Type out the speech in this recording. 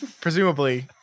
presumably